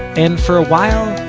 and for a while,